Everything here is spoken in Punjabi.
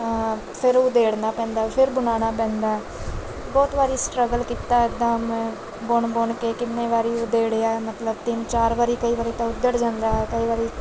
ਤਾਂ ਫਿਰ ਉਧੇੜਨਾ ਪੈਂਦਾ ਫਿਰ ਬਣਾਉਣਾ ਪੈਂਦਾ ਬਹੁਤ ਵਾਰੀ ਸਟਰਗਲ ਕੀਤਾ ਇੱਦਾਂ ਮੈਂ ਬੁਣ ਬੁਣ ਕੇ ਕਿੰਨੀ ਵਾਰੀ ਉਧੇੜਿਆ ਮਤਲਬ ਤਿੰਨ ਚਾਰ ਵਾਰੀ ਕਈ ਵਾਰੀ ਤਾਂ ਉੱਧੜ ਜਾਂਦਾ ਹੈ ਕਈ ਵਾਰੀ